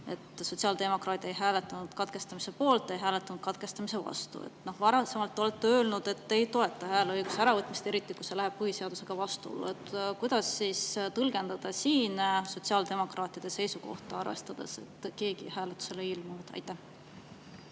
Sotsiaaldemokraadid ei hääletanud katkestamise poolt ega hääletanud katkestamise vastu. Varasemalt olete öelnud, et te ei toeta hääleõiguse äravõtmist, eriti siis, kui see läheb põhiseadusega vastuollu. Kuidas siis tõlgendada seda sotsiaaldemokraatide seisukohta, arvestades, et keegi hääletusele ei ilmunud? Aitäh!